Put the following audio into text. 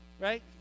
right